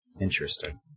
Interesting